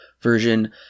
version